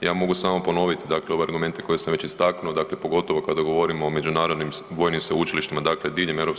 Ja mogu samo ponoviti, dakle, ove argumente koje sam već istaknuo, dakle pogotovo kada govorimo o međunarodnim vojnim sveučilištima, dakle diljem EU,